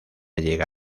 llega